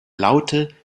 laute